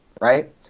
right